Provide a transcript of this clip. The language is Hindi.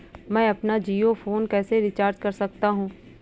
मैं अपना जियो फोन कैसे रिचार्ज कर सकता हूँ?